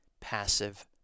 passive